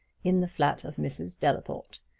in the flat of mrs. delaporte.